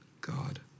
God